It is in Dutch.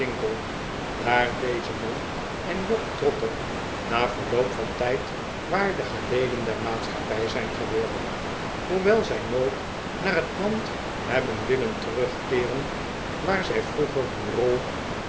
daar deze man en job trotter na verloop van tijd waardige leden der maatschappij zijn gewbrden hoewel zij nooit naar het land hebben willen terugkeeren waar zij vroeger hun rol